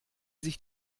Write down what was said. sich